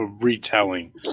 retelling